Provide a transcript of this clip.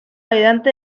ayudante